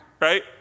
right